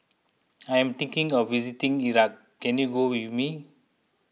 I am thinking of visiting Iraq can you go with me